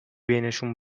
بینشون